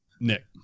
Nick